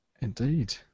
Indeed